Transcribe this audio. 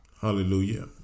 Hallelujah